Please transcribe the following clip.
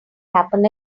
happen